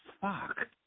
fuck